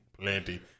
Plenty